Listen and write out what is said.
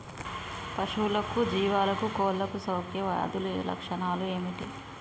పశువులకు జీవాలకు కోళ్ళకు సోకే వ్యాధుల లక్షణాలు ఏమిటి?